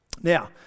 Now